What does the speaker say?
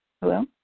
Hello